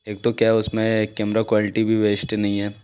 एक तो क्या उस में कैमरा क्वालिटी भी बेस्ट नहीं है